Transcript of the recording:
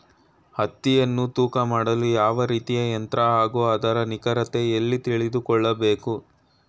ಹತ್ತಿಯನ್ನು ತೂಕ ಮಾಡಲು ಯಾವ ರೀತಿಯ ಯಂತ್ರ ಹಾಗೂ ಅದರ ನಿಖರತೆ ಎಲ್ಲಿ ತಿಳಿದುಕೊಳ್ಳಬೇಕು?